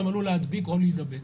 גם עלול להדביק או להידבק.